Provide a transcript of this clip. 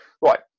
Right